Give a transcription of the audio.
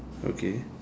okay